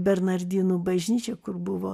bernardinų bažnyčia kur buvo